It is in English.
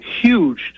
huge